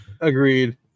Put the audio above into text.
agreed